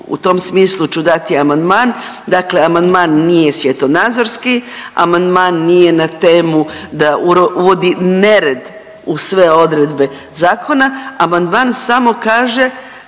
u tom smislu ću dati amandman. Dakle, amandman nije svjetonazorski, amandman nije na temu da uvodi nered u sve odredbe zakona. Amandman samo kaže